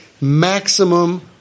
maximum